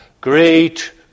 Great